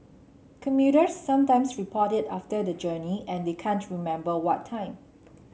commuters sometimes report it after the journey and they can't remember what time